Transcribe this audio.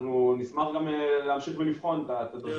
אנחנו נשמח גם להמשיך ולבחון את הדברים